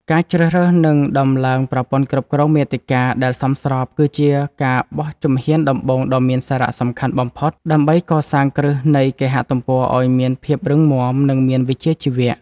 ការជ្រើសរើស និងដំឡើងប្រព័ន្ធគ្រប់គ្រងមាតិកា ដែលសមស្រប គឺជាការបោះជំហានដំបូងដ៏មានសារៈសំខាន់បំផុត ដើម្បីកសាងគ្រឹះនៃគេហទំព័រឱ្យមានភាពរឹងមាំ និងមានវិជ្ជាជីវៈ។